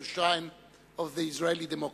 the shrine of the Israeli democracy,